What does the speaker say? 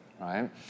right